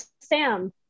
Sam